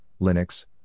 Linux